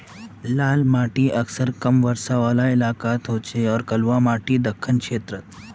लाल माटी अक्सर कम बरसा वाला इलाकात हछेक आर कलवा माटी दक्कण क्षेत्रत